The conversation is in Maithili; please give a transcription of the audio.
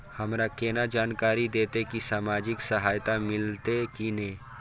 हमरा केना जानकारी देते की सामाजिक सहायता मिलते की ने?